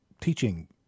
teaching